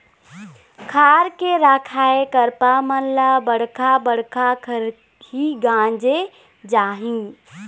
खार के रखाए करपा मन ल बड़का बड़का खरही गांजे जाही